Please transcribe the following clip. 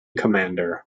commander